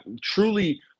truly